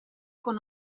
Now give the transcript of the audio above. con